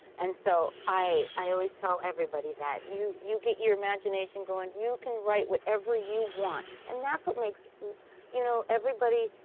and so i always tell everybody that you you get your imagination going. you can write whatever you want, and that's what makes you know, everybody,